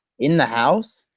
in the house?